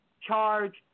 charge